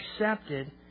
accepted